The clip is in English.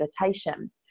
meditation